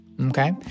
Okay